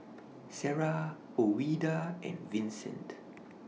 Sara Ouida and Vincent